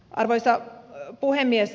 arvoisa puhemies